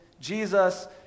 Jesus